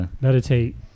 Meditate